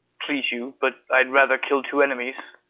please you. but i had rather kill two enemies.